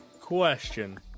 Question